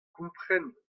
kompren